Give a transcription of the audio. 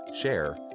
share